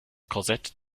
korsett